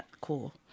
cool